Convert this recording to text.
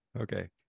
Okay